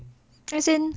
as in